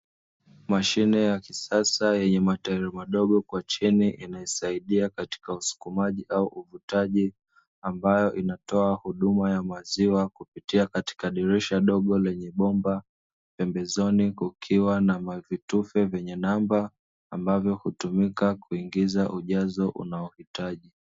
Mashine ya kisasa yenye matairi madogo kwa chini inasaidia katika usukumaji au uvutaji, ambayo inatoa huduma ya maziwa kupitia katika dirisha dogo lenye bomba pembezoni kukiwa na mavitufe vyenye namba ambavyo hutumika kuingiza ujazo unaohitaji.